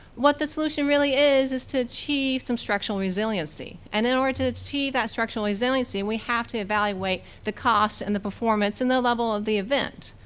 what the solution really is, is to achieve some structural resiliency. and in order to achieve that structural resiliency, we have to evaluate the cost and the performance and the level of the event.